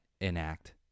enact